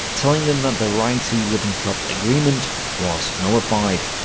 telling them that the ryti-ribbentrop agreement was nullified.